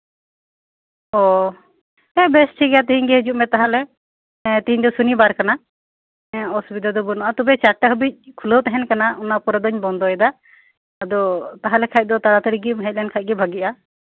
ᱚ ᱵᱮᱥ ᱴᱷᱤᱠ ᱜᱮᱭᱟ ᱛᱟᱦᱞᱮ ᱦᱤᱡᱩᱜ ᱢᱮ ᱦᱮᱸ ᱛᱮᱦᱤᱧ ᱫᱚ ᱥᱚᱱᱤᱵᱟᱨ ᱠᱟᱱᱟ ᱚᱥᱩᱵᱤᱫᱷᱟ ᱫᱚ ᱵᱟᱹᱱᱩᱜᱼᱟ ᱛᱚᱵᱮ ᱪᱟᱨᱴᱟ ᱫᱷᱟᱹᱵᱤᱡ ᱠᱷᱩᱞᱟᱣ ᱛᱟᱸᱦᱮᱱ ᱠᱟᱱᱟ ᱚᱱᱟ ᱯᱚᱨᱮ ᱫᱳᱧ ᱵᱚᱱᱫᱚᱭᱮᱫᱟ ᱚ ᱛᱟᱦᱞᱮ ᱠᱷᱟᱱ ᱫᱚ ᱛᱟᱲᱟ ᱛᱟᱲᱤᱢ ᱦᱮᱡ ᱞᱮᱱᱠᱷᱟᱱ ᱫᱚ ᱵᱷᱟᱹᱜᱤᱜᱼᱟ